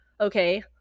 Okay